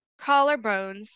collarbones